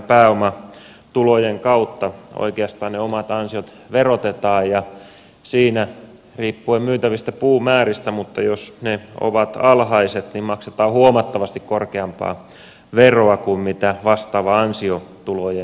heillähän pääomatulojen kautta oikeastaan ne omat ansiot verotetaan ja siinä riippuen myytävistä puumääristä mutta jos ne ovat alhaiset niin maksetaan huomattavasti korkeampaa veroa kuin vastaava ansiotulojen saaja